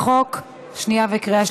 והתוצאה, 92 בעד, אין מתנגדים, אין נמנעים.